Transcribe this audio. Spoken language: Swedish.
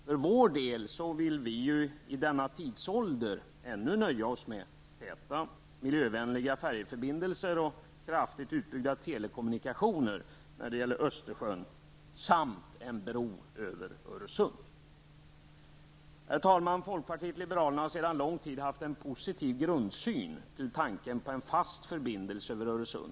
För vår del vill vi i denna tidsålder ännu nöja oss med täta, miljövänliga färjeförbindelser och kraftigt utbyggda telekommunikationer när det gäller Östersjön samt en bro över Öresund. Herr talman! Folkpartiet liberalerna har sedan lång tid haft en positiv grundsyn till tanken på en fast förbindelse över Öresund.